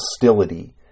hostility